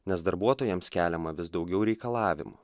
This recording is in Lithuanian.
nes darbuotojams keliama vis daugiau reikalavimų